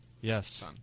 Yes